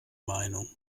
meinung